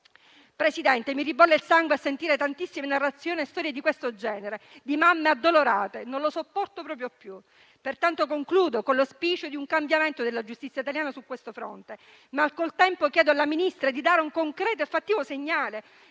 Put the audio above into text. Presidente, mi ribolle il sangue a sentire tantissime narrazioni e storie di questo genere, di mamme addolorate. Non lo sopporto proprio più. Pertanto concludo con l'auspicio di un cambiamento della giustizia italiana su questo fronte. Al contempo, chiedo alla Ministra di dare un concreto e fattivo segnale